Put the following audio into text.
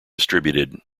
distributed